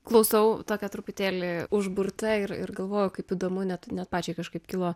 klausau tokia truputėlį užburta ir ir galvoju kaip įdomu net net pačiai kažkaip kilo